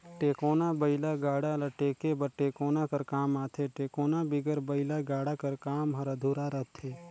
टेकोना बइला गाड़ा ल टेके बर टेकोना कर काम आथे, टेकोना बिगर बइला गाड़ा कर काम हर अधुरा रहथे